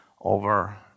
over